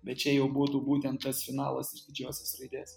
bet čia jau būtų būtent tas finalas iš didžiosios raidės